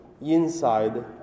inside